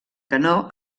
canó